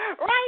Right